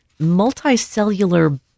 multicellular